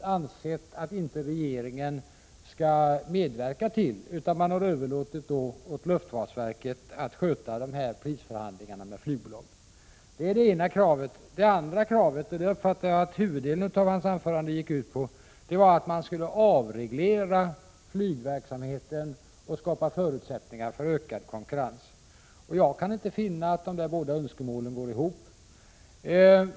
1986/87:126 ansett sig vilja medverka till, utan man har överlåtit åt luftfartsverket att 19 maj 1987 sköta prisförhandlingarna med flygbolagen. Det är det ena kravet. Oi Drissäinnen på Det andra kravet — jag uppfattar att huvuddelen av Erik Holmkvists =" nn prisätbungen på inrikesflyget anförande gick ut på det — var att man skulle avreglera flygverksamheten och skapa förutsättningar för ökad konkurrens. Jag kan inte finna att dessa båda önskemål går ihop.